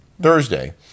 Thursday